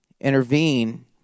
intervene